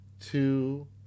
two